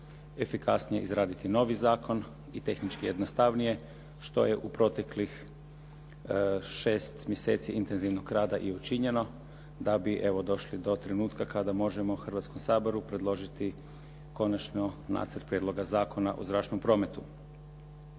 efikasnije izraditi novi zakon i tehnički jednostavnije, što je u proteklih 6 mjeseci intenzivnog rada i učinjeno da bi evo, došli do trenutka kada možemo Hrvatskom saboru predložiti konačno Nacrt prijedloga zakona o zračnom prometu.